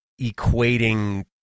equating